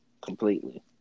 Completely